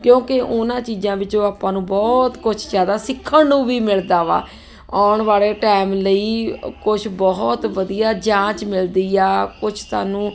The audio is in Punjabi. ਕਿਉਂਕਿ ਉਹਨਾਂ ਚੀਜ਼ਾਂ ਵਿੱਚੋਂ ਆਪਾਂ ਨੂੰ ਬਹੁਤ ਕੁਛ ਜ਼ਿਆਦਾ ਸਿੱਖਣ ਨੂੰ ਵੀ ਮਿਲਦਾ ਵਾ ਆਉਣ ਵਾਲੇ ਟਾਈਮ ਲਈ ਕੁਛ ਬਹੁਤ ਵਧੀਆ ਜਾਂਚ ਮਿਲਦੀ ਆ ਕੁਛ ਤੁਹਾਨੂੰ